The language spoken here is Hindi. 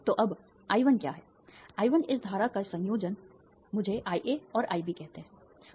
तो अब I1 क्या है I1 इस धारा का संयोजन मुझे IA और IB कहते हैं